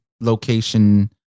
location